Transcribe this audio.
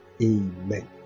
amen